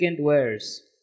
wares